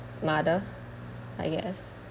mother I guess